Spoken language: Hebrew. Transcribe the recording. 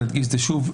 אדגיש את זה שוב,